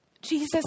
Jesus